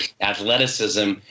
Athleticism